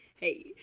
hey